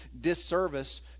disservice